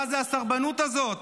מה זה הסרבנות הזאת?